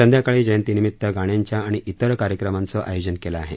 संध्याकाळी जयंतीनिमित गाण्यांच्या आणि इतर कार्यक्रमांचं आयोजन केलं आहे